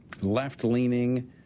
left-leaning